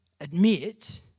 admit